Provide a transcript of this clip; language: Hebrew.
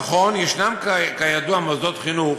נכון, יש, כידוע, מוסדות חינוך